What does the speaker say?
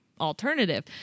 alternative